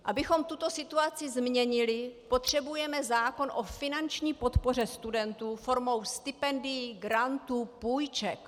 Abychom tuto situaci změnili, potřebujeme zákon o finanční podpoře studentů formou stipendií, grantů, půjček.